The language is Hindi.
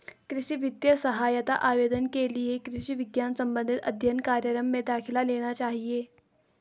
कृषि वित्तीय सहायता आवेदन के लिए कृषि विज्ञान संबंधित अध्ययन कार्यक्रम में दाखिला लेना चाहिए